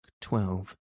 twelve